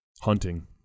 Hunting